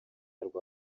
rwa